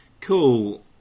Cool